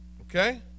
okay